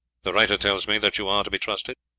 the writer tells me that you are to be trusted?